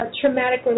traumatic